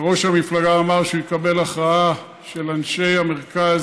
ראש המפלגה אמר שהוא יקבל הכרעה של אנשי המרכז,